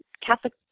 Catholic